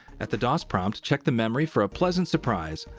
at the dos prompt, check the memory for a pleasant surprise.